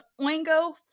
Oingo